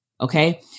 Okay